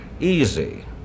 easy